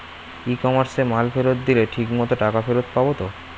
ই কমার্সে মাল ফেরত দিলে ঠিক মতো টাকা ফেরত পাব তো?